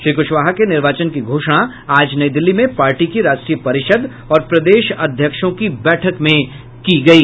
श्री क्शवाहा के निर्वाचन की घोषणा आज नई दिल्ली में पार्टी की राष्ट्रीय परिषद और प्रदेश अध्यक्षों की बैठक में की गयी